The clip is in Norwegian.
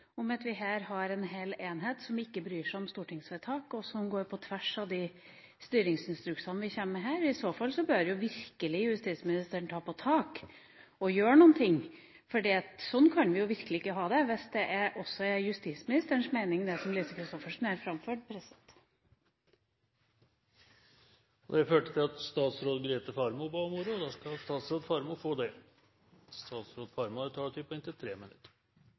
om at vi her har en hel enhet som ikke bryr seg om stortingsvedtak, og som går på tvers av de styringsinstruksene vi kommer med. I så fall bør justisministeren virkelig ta tak og gjøre noe, for sånn kan vi ikke ha det – hvis det også er justisministerens mening det som Lise Christoffersen her framførte. Jeg kan forsikre om at det er ingen andre motiver bak denne meldingen, heller ikke gjennomgangen av praksisen og ønsket om tydeliggjøring, enn det som er omtalt og grundig beskrevet – hvor det